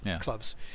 clubs